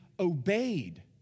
Obeyed